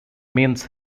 means